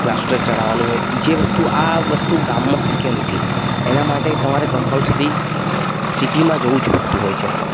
plaster ચડાવવાનું હોય જે વસ્તુ આ વસ્તુ ગામમાં શક્ય નથી એના માટે તમારે કમ્પલસરી સિટિમાં જવું જ પડતું હોય છે